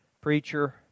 Preacher